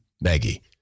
Maggie